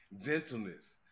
gentleness